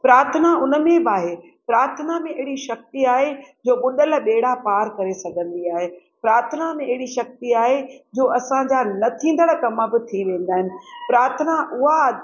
प्रार्थना उन में बि आहे प्रार्थना में अहिड़ी शक्ति आहे जो ॿुॾल ॿेड़ा पार करे सघंदी आहे प्रार्थना में अहिड़ी शक्ति आहे जो असांजा न थींदड़ कम बि थी वेंदा आहिनि प्रार्थना उहा